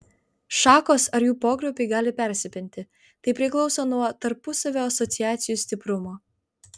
šakos ar jų pogrupiai gali persipinti tai priklauso nuo tarpusavio asociacijų stiprumo